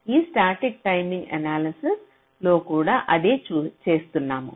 ఈ static timing analysis లో కూడా ఇదే చేస్తున్నాము